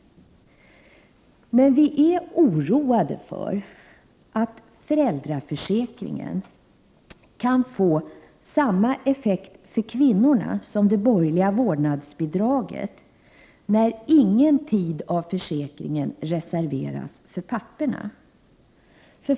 1988/89:59 Men vi är oroade för att föräldraförsäkringen kan få samma effekt för 1 februari 1989 kvinnorna som det borgerliga vårdnadsbidraget, när ingen tid i försäkringen reserveras för papporna.